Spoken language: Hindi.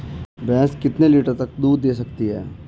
भैंस कितने लीटर तक दूध दे सकती है?